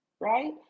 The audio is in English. right